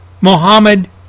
Mohammed